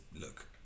look